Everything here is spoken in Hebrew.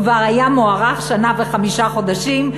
כבר הייתה אחרי שנה וחמישה חודשים,